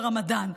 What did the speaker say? ברמדאן,